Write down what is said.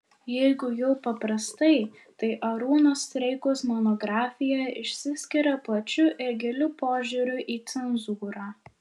jeigu jau paprastai tai arūno streikaus monografija išsiskiria plačiu ir giliu požiūriu į cenzūrą